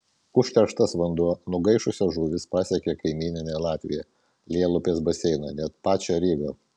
užterštas vanduo nugaišusios žuvys pasiekė kaimyninę latviją lielupės baseiną net pačią rygą